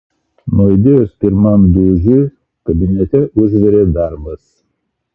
nuaidėjus pirmam dūžiui kabinete užvirė darbas